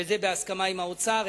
וזה בהסכמה עם האוצר,